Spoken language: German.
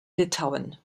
litauen